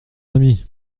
ami